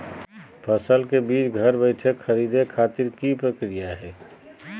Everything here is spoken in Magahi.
फसल के बीज घर बैठे खरीदे खातिर की प्रक्रिया हय?